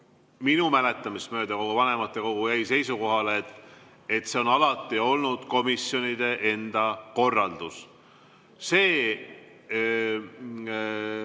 Minu mäletamist mööda kogu vanematekogu jäi seisukohale, et see on alati olnud komisjonide enda korraldus. Sellele